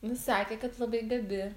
nu sakė kad labai gabi